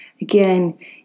Again